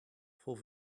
for